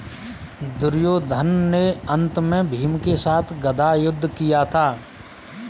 दुर्योधन ने अन्त में भीम के साथ गदा युद्ध किया था